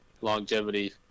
longevity